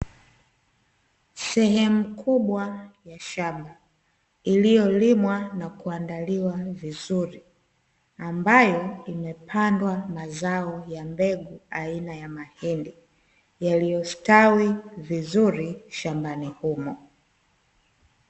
Sehemu kubwa ya shamba iliyolimwa na kuandaliwa vizuri ambayo imepandwa mazao ya mbegu aina ya mahindi yaliyostawi vizuri shambani humo.